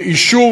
אישור: